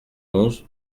onze